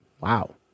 Wow